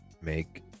make